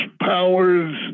powers